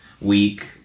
week